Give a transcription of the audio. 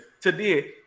Today